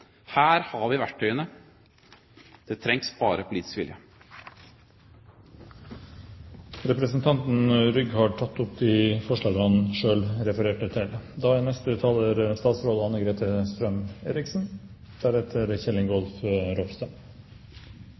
Her har vi verktøyene. Det trengs bare politisk vilje. Representanten Filip Rygg har tatt opp de forslagene han refererte til. De ni forslagene fra Ropstad, Dåvøy og Eriksen